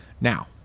Now